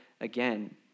again